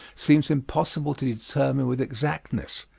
seems impossible to determine with exactness,